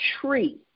tree